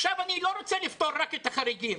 אני לא רוצה לפתור רק את החריגים,